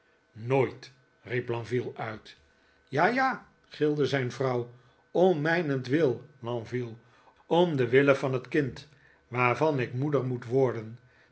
nooit riep lenville uit ja ja gilde zijn vrouw om mijnentwil lenville om den wille van het kind waarvan ik moeder moet worden